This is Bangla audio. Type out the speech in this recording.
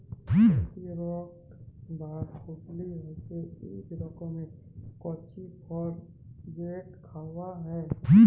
এপিরিকট বা খুবালি হছে ইক রকমের কঁচি ফল যেট খাউয়া হ্যয়